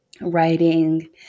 writing